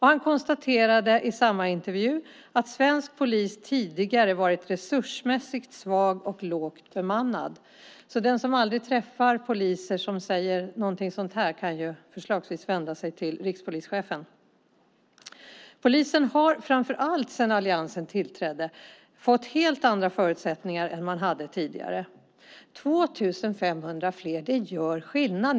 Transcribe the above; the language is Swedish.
Han konstaterade i samma intervju att svensk polis tidigare varit resursmässigt svag och lågt bemannad. Den som aldrig träffar poliser som säger någonting sådant kan förslagsvis vända sig till rikspolischefen. Polisen har framför allt sedan alliansen tillträdde fått helt andra förutsättningar än man hade tidigare. 2 500 fler gör skillnad.